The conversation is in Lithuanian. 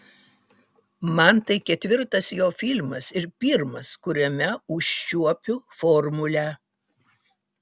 man tai ketvirtas jo filmas ir pirmas kuriame užčiuopiu formulę